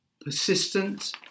persistent